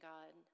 God